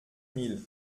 mille